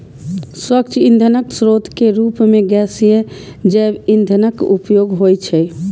स्वच्छ ईंधनक स्रोत के रूप मे गैसीय जैव ईंधनक उपयोग होइ छै